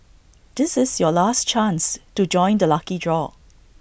this is your last chance to join the lucky draw